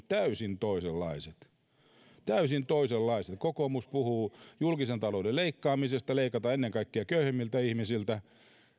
täysin toisenlaiset täysin toisenlaiset kokoomus puhuu julkisen talouden leikkaamisesta leikataan ennen kaikkea köyhimmiltä ihmisiltä